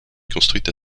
construites